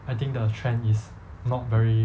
I think the trend is not very